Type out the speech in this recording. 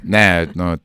ne nu